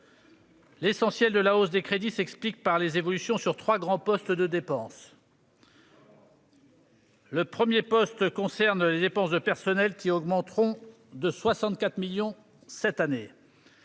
L'essentiel de la hausse des crédits s'explique par les évolutions de trois grands postes de dépense. Le premier concerne les dépenses de personnel, qui augmenteront de 64 millions d'euros cette année.